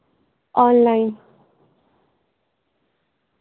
online